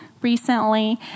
recently